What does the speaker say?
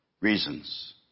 Reasons